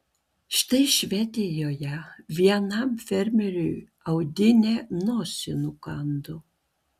štai švedijoje vienam fermeriui audinė nosį nukando